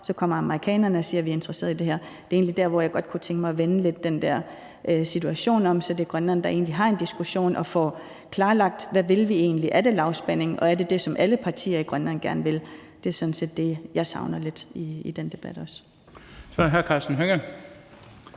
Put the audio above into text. så kommer amerikanerne og siger: Vi er interesseret i det her. Det er egentlig der, hvor jeg godt kunne tænke mig at vende den der situation om, så det egentlig er Grønland, der har en diskussion og får klarlagt, hvad det er, man egentlig vil. Er det lavspænding, og er det det, som alle partier i Grønland gerne vil? Det er sådan set det, jeg savner lidt i den debat også. Kl. 20:20 Den fg.